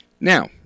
Now